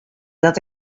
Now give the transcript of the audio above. dat